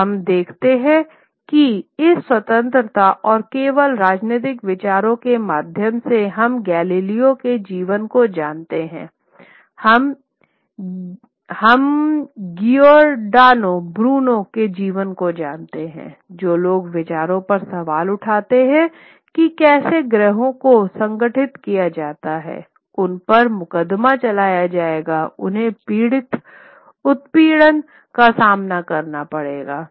और हम देखते हैं कि इस स्वतंत्रता और केवल राजनीतिक विचारों के माध्यम से हम गैलीलियो के जीवन को जानते हैं हम गियोर्डानो ब्रूनो के जीवन को जानते हैं जो लोग विचारों पर सवाल उठाते हैं कि कैसे ग्रहों को संगठित किया जाता है उन पर मुकदमा चलाया गया उन्हें उत्पीड़न का सामना करना पड़ा